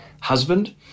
husband